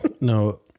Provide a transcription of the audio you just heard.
no